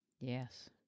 Yes